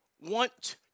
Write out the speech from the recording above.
want